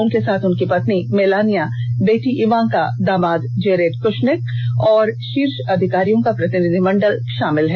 उनके साथ उनकी पत्नी मेलानिया बेटी इवांका दामाद जेरेड कुश्नेक और शीर्ष अधिकारियों का प्रतिनिधिमंडल भी शामिल हैं